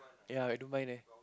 ya I don't mind eh